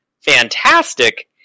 fantastic